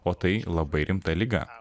o tai labai rimta liga